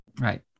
Right